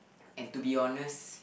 and to be honest